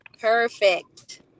Perfect